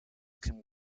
can